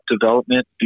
development